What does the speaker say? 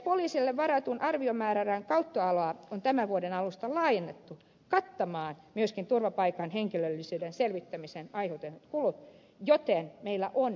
poliisille varatun arviomäärärahan käyttöalaa on tämän vuoden alusta laajennettu kattamaan myöskin turvapaikanhakijan henkilöllisyyden selvittämisestä aiheutuvat kulut joten meillä on varoja tähän